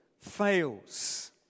fails